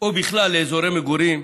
או בכלל לאזורי מגורים,